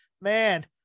man